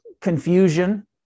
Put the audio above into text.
confusion